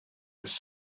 was